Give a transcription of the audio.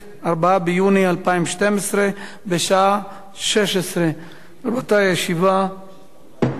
4 ביוני 2012, בשעה 16:00. רבותי, הישיבה נעולה.